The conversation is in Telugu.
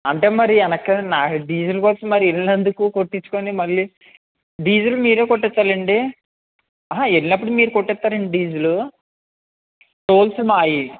అంటే మరి వెనక్కి నాకు డీజిల్ కోసం మరి వెళ్లినప్పుడు కొట్టించుకొని మళ్లీ డీజిల్ మీరే కొట్టించాలి అండి అహ వెళ్లినప్పుడు మీరు కొట్టిస్తారండి డీజిలు సోర్స్ మావి